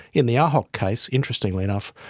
in the ahok case, interestingly enough,